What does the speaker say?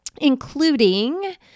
including